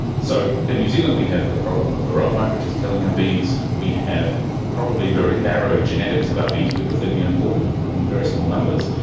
so in new zealand we have the problem of verroa mite which is killing our bees, we have probably very narrow genetics of our bees because they've been imported and in very small numbers,